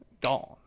gone